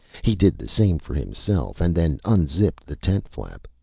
he did the same for himself, and then unzipped the tent-flap.